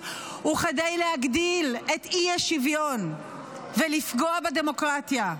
וכדי להגדיל את האי-שוויון ולפגוע בדמוקרטיה.